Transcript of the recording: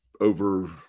over